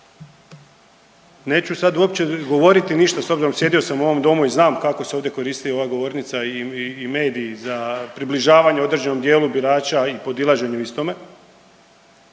neću sad uopće govoriti ništa s obzirom, sjedio sam u ovom Domu i znam kako se ovdje koristi ova govornica i mediji za približavanje u određenom dijelu birača i podilaženju istome